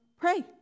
pray